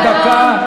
יש לה עוד דקה.